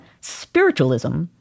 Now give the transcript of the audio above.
spiritualism